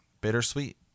Bittersweet